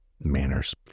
Manners